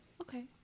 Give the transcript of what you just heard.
Okay